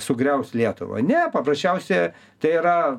sugriaus lietuvą ne paprasčiausia tai yra